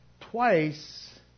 Twice